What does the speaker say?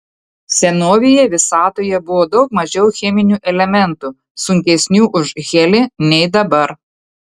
senovėje visatoje buvo daug mažiau cheminių elementų sunkesnių už helį nei dabar